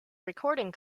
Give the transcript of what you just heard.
recording